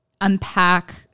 unpack